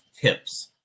tips